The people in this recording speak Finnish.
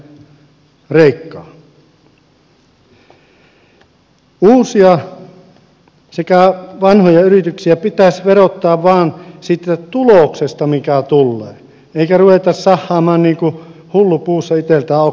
uusia sekä vanhoja yrityksiä pitäisi verottaa vain siitä tuloksesta mikä tulee eikä ruveta sahaamaan niin kuin hullu puussa itseltään oksaa poikki